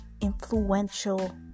influential